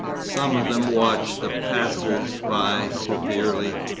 some of them watched the passers-by severely,